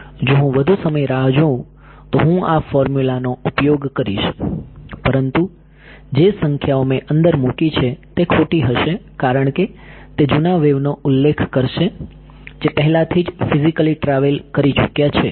જો હું વધુ સમય રાહ જોઉં તો હું આ ફોર્મ્યુલા નો ઉપયોગ કરીશ પરંતુ જે સંખ્યાઓ મેં અંદર મૂકી છે તે ખોટી હશે કારણ કે તે જૂના વેવનો ઉલ્લેખ કરશે જે પહેલાથી જ ફિઝિકલી ટ્રાવેલ કરી ચૂક્યા છે